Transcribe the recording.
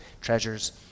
treasures